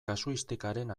kasuistikaren